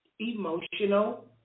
emotional